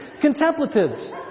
contemplatives